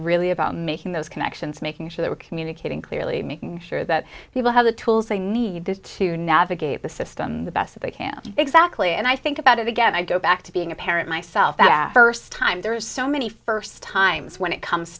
really about making those connections making sure that we're communicating clearly making sure that people have the tools they need this to navigate the system the best they can exactly and i think about it again i go back to being a parent myself that first time there is so many first times when it comes